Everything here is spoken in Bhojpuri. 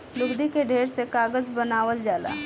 लुगदी के ढेर से कागज बनावल जाला